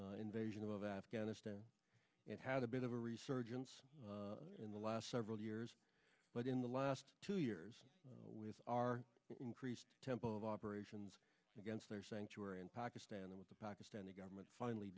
our invasion of afghanistan and had a bit of a resurgence in the last several years but in the last two years with our increased tempo of operations against their sanctuary in pakistan with the pakistani government finally